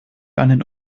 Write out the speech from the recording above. einen